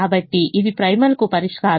కాబట్టి ఇది ప్రైమల్కు పరిష్కారం